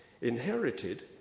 inherited